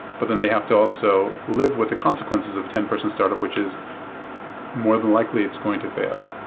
but then they have to also live with the consequences of a ten person startup, which is more than likely it's going to fail.